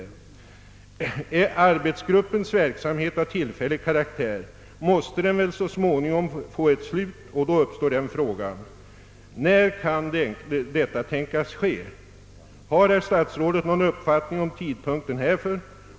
Är arbetsgruppens verksamhet av tillfällig karaktär måste den så småningom få ett slut. Då frågar man sig: När kan detta tänkas ske? Har herr statsrådet någon uppfattning om tidpunkten härför?